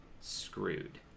screwed